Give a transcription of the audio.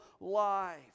life